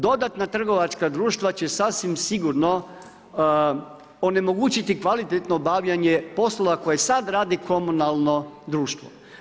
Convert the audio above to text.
Dodatna trgovačka društva će sasvim sigurno onemogućiti kvalitetno obavljanje poslova koje sada radi komunalno društvo.